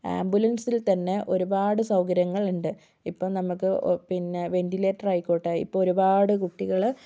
ആംബുലൻസിൽ തന്നെ ഒരുപാട് സൗകര്യങ്ങൾ ഉണ്ട് ഇപ്പം നമുക്ക് പിന്നെ വേന്റിലേറ്റർ ആയിക്കോട്ടെ ഇപ്പോൾ ഒരുപാട് കുട്ടികൾ